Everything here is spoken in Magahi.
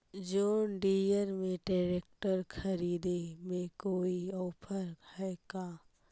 जोन डियर के ट्रेकटर खरिदे में कोई औफर है का?